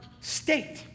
state